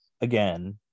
again